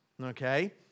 Okay